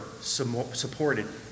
supported